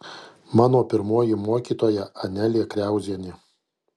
mano pirmoji mokytoja anelė kriauzienė